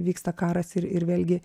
vyksta karas ir ir vėlgi